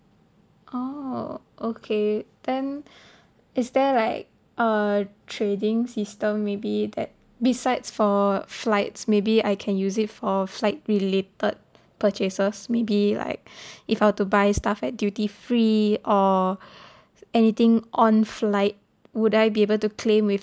oh okay then is there like uh trading system maybe that besides for flights maybe I can use it for flight related purchases maybe like if I were to buy stuff at duty free or anything on flight would I be able to claim with